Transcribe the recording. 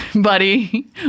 buddy